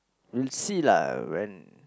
we'll see lah when